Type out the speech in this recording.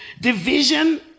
division